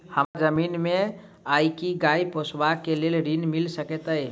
हमरा जमीन नै अई की गाय पोसअ केँ लेल ऋण मिल सकैत अई?